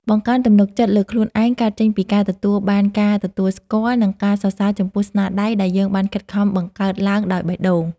បង្កើនទំនុកចិត្តលើខ្លួនឯងកើតចេញពីការទទួលបានការទទួលស្គាល់ និង ការសរសើរចំពោះស្នាដៃដែលយើងបានខិតខំបង្កើតឡើងដោយបេះដូង។